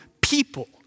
people